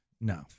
No